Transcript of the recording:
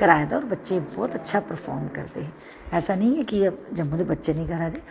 कराए दा होर बच्चें बौह्त अच्चा प्रफार्म करदे हे ऐसा निं ऐ कि जम्मू दे बच्चे निं करा दे